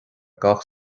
gach